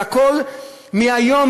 והכול מהיום,